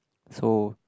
so